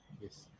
Yes